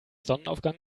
sonnenaufgang